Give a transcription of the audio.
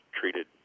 treated